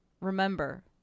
remember